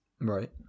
Right